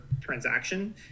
transaction